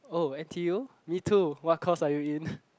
oh n_t_u me too what course are you in